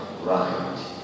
right